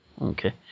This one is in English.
Okay